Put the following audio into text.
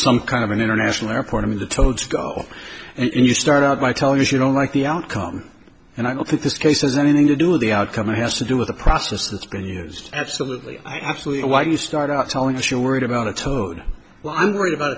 some kind of an international airport i mean the toads got off and you start out by telling as you don't like the outcome and i don't think this case has anything to do with the outcome it has to do with a process that's been used absolutely absolutely why do you start out telling us you worried about a toad well i'm worried about